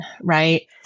right